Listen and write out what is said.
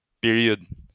period